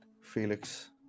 Felix